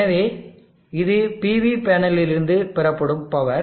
எனவே இது PV பேனலில் இருந்து பெறப்படும் பவர்